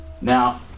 Now